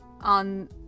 on